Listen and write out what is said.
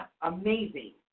amazing